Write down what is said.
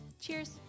cheers